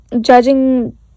judging